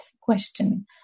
question